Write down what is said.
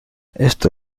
esto